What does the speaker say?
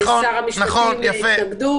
או נועד לשמש מקום שהייה יומי לחינוך וטיפול בפעוטות.